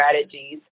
strategies